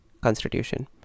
constitution